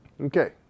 okay